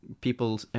people